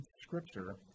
scripture